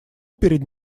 перед